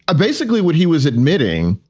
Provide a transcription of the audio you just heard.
basically what he was admitting,